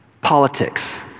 Politics